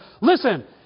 listen